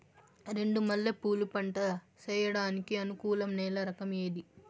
చెండు మల్లె పూలు పంట సేయడానికి అనుకూలం నేల రకం ఏది